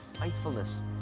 faithfulness